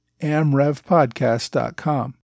amrevpodcast.com